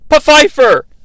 Pfeiffer